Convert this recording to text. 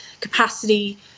capacity